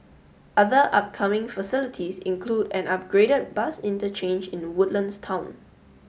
other upcoming facilities include an upgraded bus interchange in Woodlands town